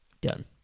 Done